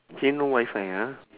here no wifi ah